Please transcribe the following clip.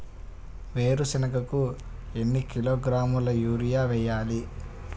వేరుశనగకు ఎన్ని కిలోగ్రాముల యూరియా వేయాలి?